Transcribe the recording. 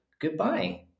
Goodbye